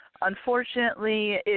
unfortunately